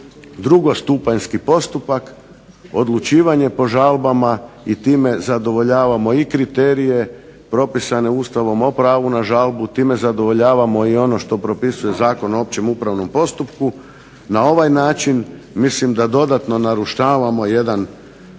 drugostupanjski postupak odlučivanje po žalbama i time zadovoljavamo i kriterije, propisane Ustavom o pravu na žalbu, time zadovoljavamo i ono što propisuje Zakon o općem upravnom postupku, na ovaj način mislim da dodatno narušavamo jedan